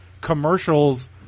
commercials